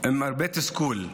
עם הרבה תסכול.